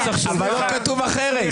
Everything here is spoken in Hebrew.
לא כתוב אחרת.